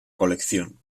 colección